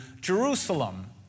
Jerusalem